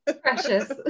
Precious